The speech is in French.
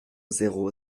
zéro